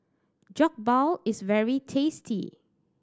jokbal is very tasty